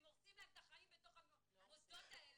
אם הורסים להם את החיים בתוך המוסדות האלה,